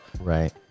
Right